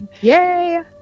Yay